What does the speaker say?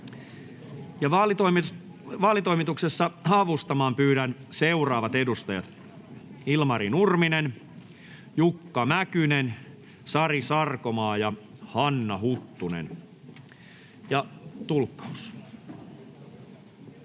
Vaalitoimituksessa avustamaan pyydän seuraavat edustajat: Ilmari Nurminen, Jukka Mäkynen, Sari Sarkomaa ja Hanna Huttunen. Äänestyksen